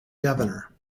governor